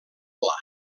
pla